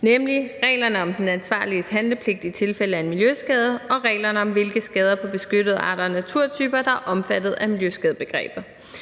nemlig reglerne om den ansvarliges handlepligt i tilfælde af en miljøskade og reglerne om, hvilke skader på beskyttede arter og naturtyper der er omfattet af miljøskadebegrebet.